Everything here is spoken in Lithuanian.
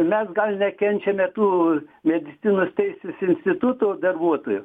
mes gal nekenčiame tų medicinos teisės instituto darbuotojų